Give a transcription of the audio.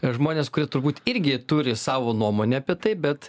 žmonės kurie turbūt irgi turi savo nuomonę apie tai bet